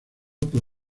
por